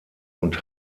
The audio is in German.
und